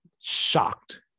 shocked